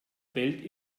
welt